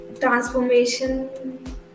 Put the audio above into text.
transformation